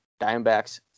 Diamondbacks